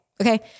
okay